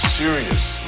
serious